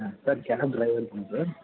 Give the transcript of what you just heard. sir cab டிரைவருங்களா sir